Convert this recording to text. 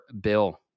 Bill